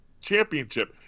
championship